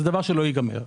זה דבר שלא ייגמר.